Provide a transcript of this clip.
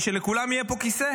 בשביל שלכולם יהיה פה כיסא.